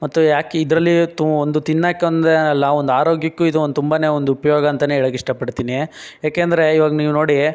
ಮತ್ತು ಯಾಕೆ ಇದ್ರಲ್ಲಿ ತು ಒಂದು ತಿನ್ನೋಕ್ಕೆ ಒಂದು ಏನಲ್ಲ ಒಂದು ಆರೋಗ್ಯಕ್ಕೆ ಇದು ಒಂದು ತುಂಬನೇ ಒಂದು ಉಪಯೋಗ ಅಂತನೇ ಹೇಳೋಕೆ ಇಷ್ಟ ಪಡ್ತೀನಿ ಏಕೆಂದ್ರೆ ಇವಾಗ ನೀವು ನೋಡಿ